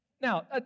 Now